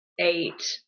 Eight